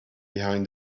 behind